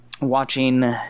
watching